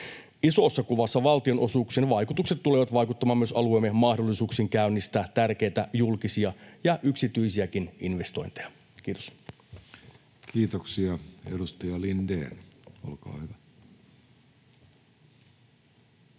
Isossa kuvassa valtionosuuksien vaikutukset tulevat vaikuttamaan myös alueemme mahdollisuuksin käynnistää tärkeitä julkisia ja yksityisiäkin investointeja. — Kiitos. [Speech 116] Speaker: